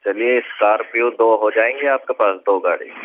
چلیے اسکارپیو دو ہو جائیں گے آپ کے پاس دو گاڑی